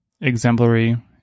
exemplary